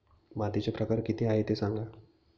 मातीचे प्रकार किती आहे ते सांगा